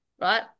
right